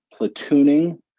platooning